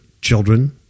children